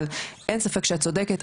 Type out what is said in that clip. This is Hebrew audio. אבל אין ספק שאת צודקת,